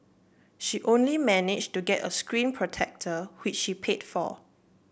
she only managed to get a screen protector which she paid for